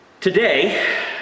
today